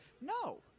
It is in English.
No